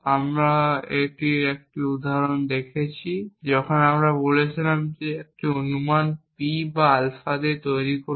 আমরা এটির একটি উদাহরণ দেখেছি যখন আমরা বলেছিলাম যে একটি অনুমান p বা আলফা তৈরি করুন